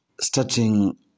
starting